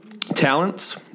talents